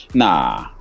nah